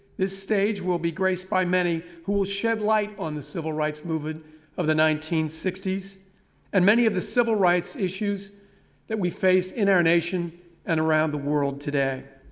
this stage will be graceed by many who will shed light on the civil rights movement of the nineteen sixty s and many of the civil rights issues that we face in our nation and around the world today.